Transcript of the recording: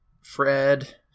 Fred